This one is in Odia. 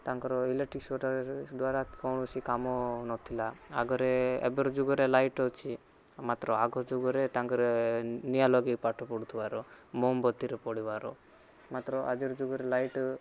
ତାଙ୍କର ଇଲେକ୍ଟ୍ରିକ୍ ଦ୍ଵାରା କୌଣସି କାମ ନଥିଲା ଆଗରେ ଏବେର ଯୁଗରେ ଲାଇଟ୍ ଅଛି ମାତ୍ର ଆଗ ଯୁଗରେ ତାଙ୍କରେ ନିଆଁ ଲଗେଇ ପାଠ ପଢ଼ୁଥିବାର ମହମବତୀରେ ପଢ଼ିବାର ମାତ୍ର ଆଜିର ଯୁଗରେ ଲାଇଟ୍